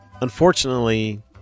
Unfortunately